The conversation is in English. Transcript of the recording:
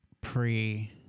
pre